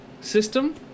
system